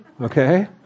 Okay